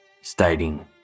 stating